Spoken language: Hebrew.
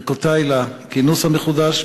ברכותי לכינוס המחודש.